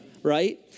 Right